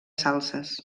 salses